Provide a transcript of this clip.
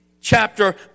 chapter